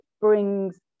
brings